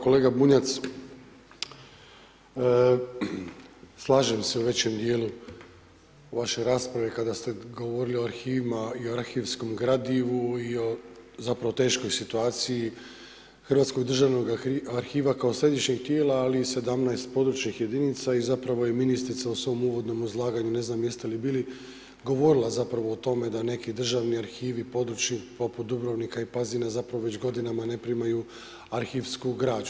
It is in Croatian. Kolega Bunjac, slažem se u većem dijelu u vašoj raspravi, kada ste govorili o arhivima i o arhivskom gradivu i o zapravo teškoj situaciju Hrvatskog državnog arhiva, kao središnjeg tijela, ali i 17 područnih jedinica i zapravo je ministrica u svom uvodnom izlaganju, ne znam jeste li bili, govorila zapravo o tome, da neki držani arhivi, područni, poput Dubrovnika i Pazina, zapravo već godinama ne primaju arhivsku građu.